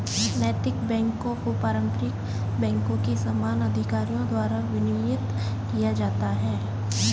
नैतिक बैकों को पारंपरिक बैंकों के समान अधिकारियों द्वारा विनियमित किया जाता है